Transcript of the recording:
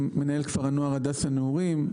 מנהל כפר הנוער הדסה נעורים,